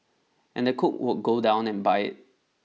and the cook would go down and buy it